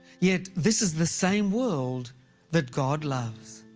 yet this is the same world that god loves.